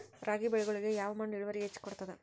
ರಾಗಿ ಬೆಳಿಗೊಳಿಗಿ ಯಾವ ಮಣ್ಣು ಇಳುವರಿ ಹೆಚ್ ಕೊಡ್ತದ?